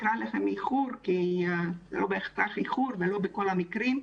לקרוא לזה איחור כי זה לא בהכרח איחור ולא בכל המקרים.